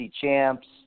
champs